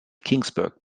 kingsburg